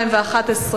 התשע"א 2011,